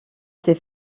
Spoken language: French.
ces